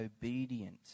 obedient